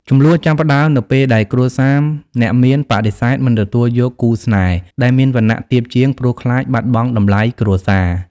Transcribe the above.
ជម្លោះចាប់ផ្តើមនៅពេលដែលគ្រួសារអ្នកមានបដិសេធមិនទទួលយកគូស្នេហ៍ដែលមានវណ្ណៈទាបជាង ព្រោះខ្លាចបាត់បង់តម្លៃគ្រួសារ។